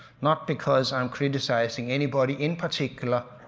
not because i'm criticizing anybody in particular,